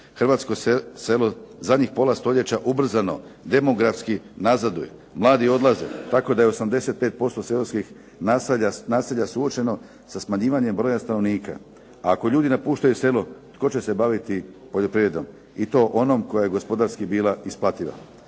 Hrvatsko selo zadnjih pola stoljeća ubrzano demografski nazaduje. Mladi odlaze tako da je 85% seoskih naselja suočeno sa smanjivanjem broja stanovnika. Ako ljudi napuštaju selo tko će se baviti poljoprivredom i to onom koja je gospodarski bila isplativa.